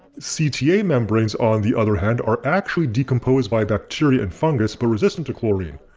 cta membranes on the other hand are actually decomposed by bacteria and fungus but resistant to chlorine,